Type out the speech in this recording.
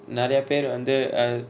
நெரயப்பேர் வந்து:nerayaper vanthu uh